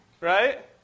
Right